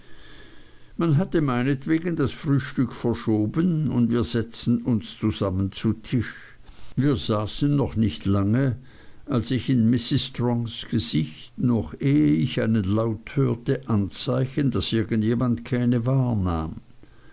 man hatte meinetwegen das frühstück verschoben und wir setzten uns zusammen zu tisch wir saßen noch nicht lange als ich in mrs strongs gesicht noch ehe ich einen laut hörte anzeichen daß irgend jemand